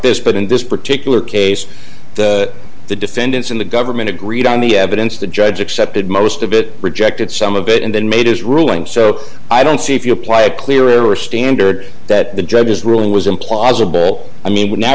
this but in this particular case the defendants in the government agreed on the evidence the judge accepted most of it rejected some of it and then made his ruling so i don't see if you apply a clearer standard that the judge's ruling was implausible i mean w